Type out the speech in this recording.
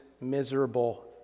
miserable